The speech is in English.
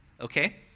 Okay